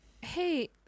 Hey